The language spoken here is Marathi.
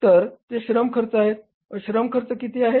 तर ते श्रम खर्च आहे व श्रम खर्च किती आहे